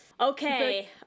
Okay